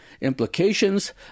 implications